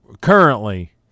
currently